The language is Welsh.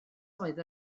oedd